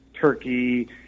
Turkey